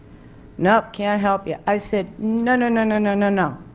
nope, can't help you. i said no no no no no no no,